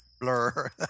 Blur